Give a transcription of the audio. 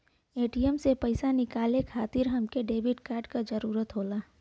ATM से पइसा निकाले खातिर हमके डेबिट कार्ड क जरूरत होला